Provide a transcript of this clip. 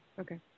Okay